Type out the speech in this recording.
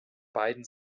beiden